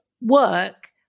work